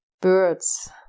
birds